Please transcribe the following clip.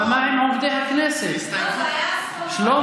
אבל מה עם עובדי הכנסת, שלמה?